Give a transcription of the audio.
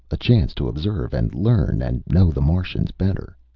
a chance to observe and learn and know the martians better.